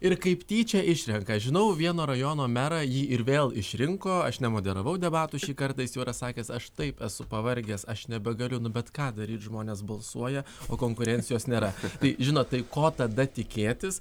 ir kaip tyčia išrenka žinau vieno rajono merą jį ir vėl išrinko aš nemoderavau debatų šį kartą jis jau yra sakęs aš taip esu pavargęs aš nebegaliu nu bet ką daryt žmonės balsuoja o konkurencijos nėra tai žinot tai ko tada tikėtis